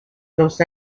los